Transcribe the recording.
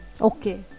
Okay